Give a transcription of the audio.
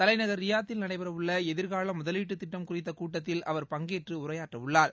தலைநகர் ரியாத்தில் நடைபெறவுள்ள எதிர்கால முதலீட்டு திட்டம் குறித்த கூட்டத்தில் அவர் பங்கேற்று உரையாடவுள்ளார்